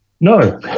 No